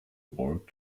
walk